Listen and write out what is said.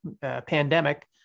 pandemic